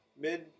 mid